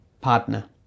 partner